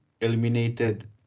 eliminated